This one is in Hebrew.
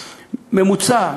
בממוצע,